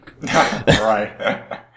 Right